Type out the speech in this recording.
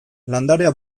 landarea